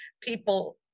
People